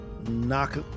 knock